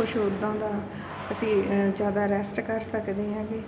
ਕੁਛ ਓਦਾਂ ਦਾ ਅਸੀਂ ਜ਼ਿਆਦਾ ਰੈਸਟ ਕਰ ਸਕਦੇ ਹੈਗੇ